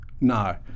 No